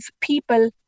people